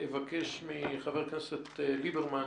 אבקש מחבר הכנסת ליברמן,